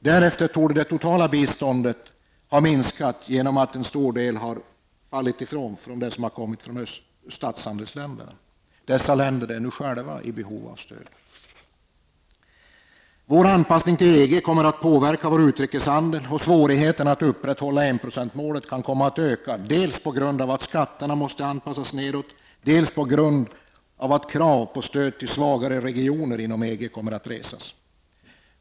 Därefter torde det totala biståndet ha minskat på grund av att en stor del har fallit ifrån till följd av att stödet från statshandelsländerna har minskat. Dessa länder är nu själva i behov av stöd. Vår anpassning till EG kommer att påverka vår utrikeshandel, och svårigheterna att upprätthålla enprocentsmålet kan komma att öka dels på grund av att skatterna måste anpassas nedåt, dels på grund av att krav på stöd till svagare regioner inom EG kommer att resas.